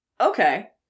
Okay